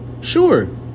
Sure